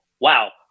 Wow